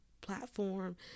platform